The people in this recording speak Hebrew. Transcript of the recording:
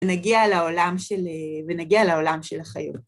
‫ונגיע לעולם של החיות.